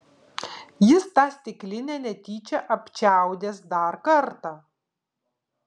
jis tą stiklinę netyčia apčiaudės dar kartą